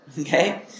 okay